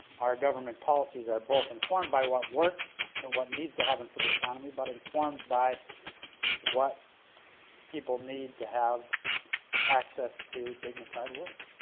our government policies are both informed by what works and what needs to happen for the economy but informed by what people need to have access to dignified work.